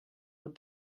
what